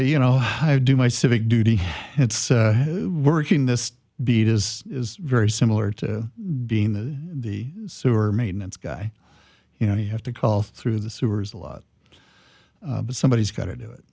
you know i do my civic duty it's working this beat is very similar to being in the sewer maintenance guy you know you have to call through the sewers a lot but somebody's gotta do it